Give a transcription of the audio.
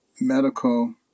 medical